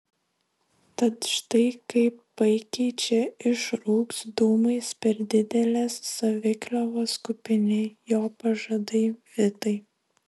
tad štai kaip paikai čia išrūks dūmais per didelės savikliovos kupini jo pažadai vitai